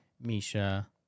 Misha